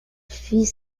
fit